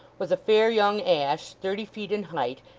was a fair young ash, thirty feet in height,